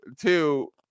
two